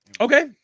Okay